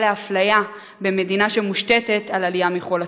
לאפליה במדינה שמושתתת על עלייה מכל התפוצות.